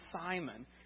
Simon